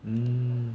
mm